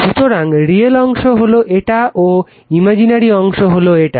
সুতরাং রিয়েল অংশ হলো এটা ও ইমাজিনারি অংশ হলো এটা